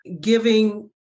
giving